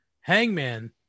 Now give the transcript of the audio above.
hangman